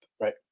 right